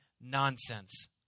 nonsense